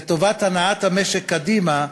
לטובת הנעת המשק קדימה,